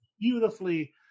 beautifully